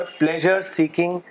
pleasure-seeking